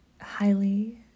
highly